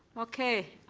okay.